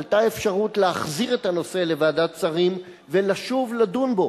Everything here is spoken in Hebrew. עלתה האפשרות להחזיר את הנושא לוועדת שרים ולשוב לדון בו,